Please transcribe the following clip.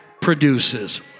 Produces